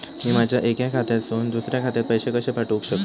मी माझ्या एक्या खात्यासून दुसऱ्या खात्यात पैसे कशे पाठउक शकतय?